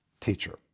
teacher